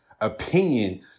opinion